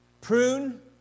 prune